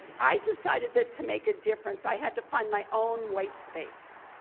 i decided that to make a difference, i had to find my own white space.